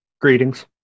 Greetings